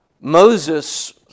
Moses